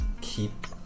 keep